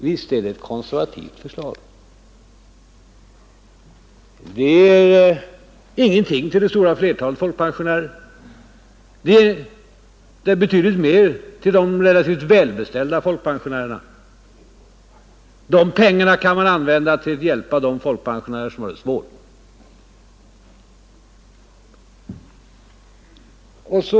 Visst är det ett konservativt förslag, Det ger ingenting för det stora flertalet folkpensionärer men betydligt mer för de relativt välbeställda. De pengarna kan man använda till att hjälpa de folkpensionärer som har det svårt.